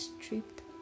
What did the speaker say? stripped